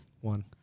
One